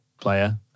player